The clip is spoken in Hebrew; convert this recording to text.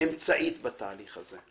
האמצעית בתהליך הזה.